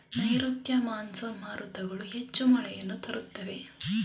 ನೈರುತ್ಯ ಮಾನ್ಸೂನ್ ಮಾರುತಗಳು ಹೆಚ್ಚು ಮಳೆಯನ್ನು ತರುತ್ತವೆ